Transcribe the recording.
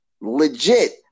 legit